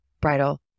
bridal